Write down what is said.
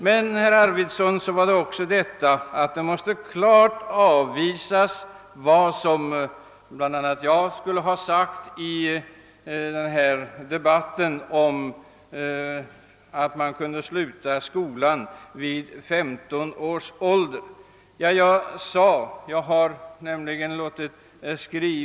Men herr Arvidson sade också att vad jag skulle ha anfört om att man kunde sluta skolan vid femton års ålder måste klart avvisas.